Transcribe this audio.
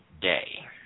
day